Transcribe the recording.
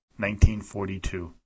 1942